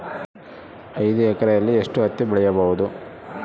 ಐದು ಎಕರೆಯಲ್ಲಿ ಎಷ್ಟು ಹತ್ತಿ ಬೆಳೆಯಬಹುದು?